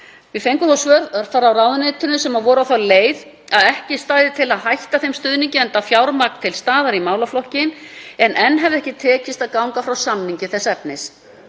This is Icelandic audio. Við fengum þó svör frá ráðuneytinu sem voru á þá leið að ekki stæði til að hætta þeim stuðningi enda fjármagn til staðar í málaflokkinn, en enn hefði ekki tekist að ganga frá samningi þess efnis.